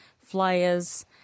flyers